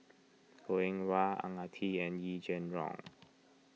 Goh Eng Wah Ang Ah Tee and Yee Jenn Jong